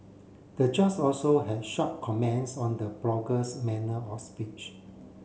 the judge also had sharp comments on the blogger's manner of speech